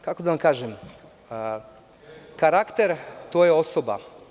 Kako da vam kažem, karakter je osoba.